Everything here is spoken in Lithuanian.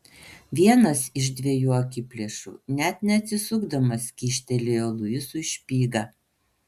vienas iš dviejų akiplėšų net neatsisukdamas kyštelėjo luisui špygą